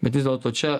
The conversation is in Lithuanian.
bet vis dėlto čia